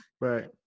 Right